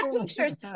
pictures